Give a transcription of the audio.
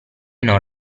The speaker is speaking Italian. non